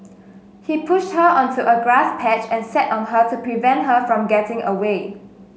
he pushed her onto a grass patch and sat on her to prevent her from getting away